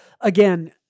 again